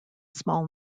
small